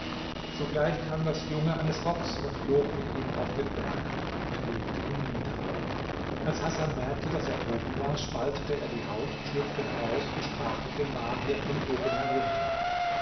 sogleich kam das junge eines rocks und flog mit ihm auf den berg und legte ihn nieder als hasan merkte daß er droben war spaltete er die haut schlüpfte heraus und sprach mit dem magier von oben herunter